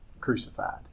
crucified